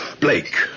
Blake